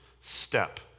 step